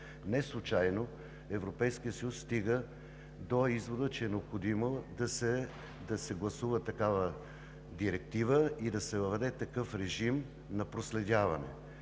Неслучайно Европейският съюз стига до извода, че е необходимо да се гласува такава директива и да се въведе такъв режим на проследяване.